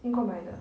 英国买的